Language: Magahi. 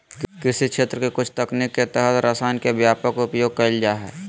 कृषि क्षेत्र के कुछ तकनीक के तहत रसायन के व्यापक उपयोग कैल जा हइ